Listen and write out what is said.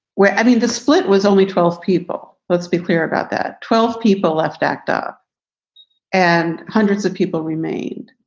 where the split was only twelve people, let's be clear about that. twelve people left acta and hundreds of people remained.